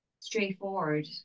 straightforward